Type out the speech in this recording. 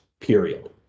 period